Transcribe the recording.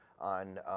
on